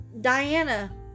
Diana